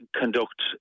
conduct